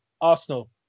Arsenal